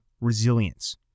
resilience